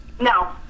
No